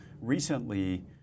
recently